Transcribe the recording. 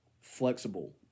flexible